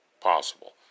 possible